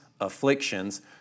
afflictions